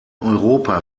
europa